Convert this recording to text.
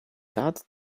that